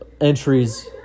entries